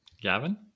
Gavin